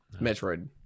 Metroid